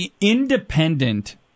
independent